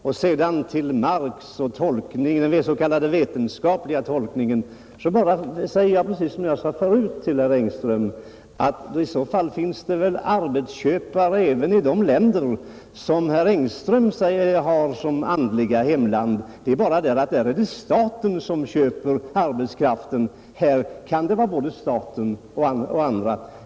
I fråga om Marx och den så kallade vetenskapliga vokabulären säger jag som jag sade förut, nämligen att i så fall finns det väl arbetsköpare även i de länder som herr Engström har som sin andliga hemvist. Men där är det bara staten som köper arbetskraften. Här kan det vara både staten och andra.